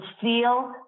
feel